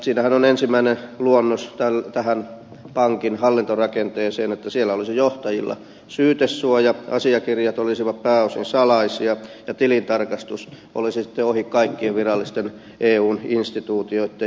siinähän on ensimmäinen luonnos tähän pankin hallintorakenteeseen sellainen että siellä olisi johtajilla syytesuoja asiakirjat olisivat pääosin salaisia ja tilintarkastus olisi sitten ohi kaikkien virallisten eun instituutioitten